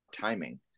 timing